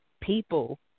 people